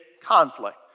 conflict